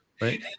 right